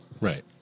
right